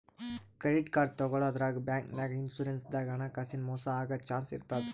credit card ತಗೋಳಾದ್ರಾಗ್, ಬ್ಯಾಂಕ್ನಾಗ್, insurance ದಾಗ್ ಹಣಕಾಸಿನ್ ಮೋಸ್ ಆಗದ್ ಚಾನ್ಸ್ ಇರ್ತದ್